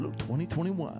2021